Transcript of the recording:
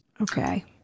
Okay